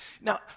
Now